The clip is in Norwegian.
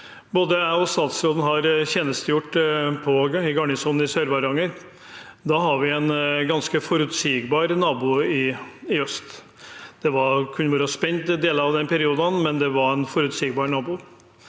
og statsråden har tjenestegjort i garnisonen i Sør-Varanger. Da hadde vi en ganske forutsigbar nabo i øst. Det kunne være spent i deler av den perioden, men det var en forutsigbar nabo.